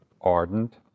ardent